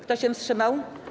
Kto się wstrzymał?